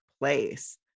place